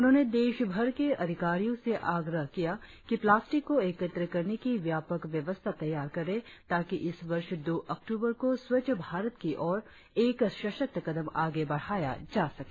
उन्होंने देशभर के अधिकारियों से आग्रह किया कि प्लास्टिक को एकत्र करने की व्यापक व्यवस्था तैयार करें ताकि इस वर्ष दो अक्टूबर को स्वच्छ भारत की ओर एक सशक्त कदम आगे बढ़ाया जा सके